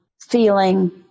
feeling